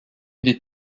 des